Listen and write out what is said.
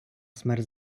смерть